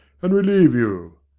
and relieve you.